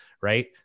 right